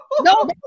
No